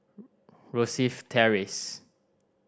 Rosyth Terrace